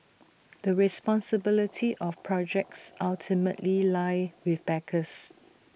the responsibility of projects ultimately lie with backers